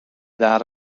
that